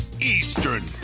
Eastern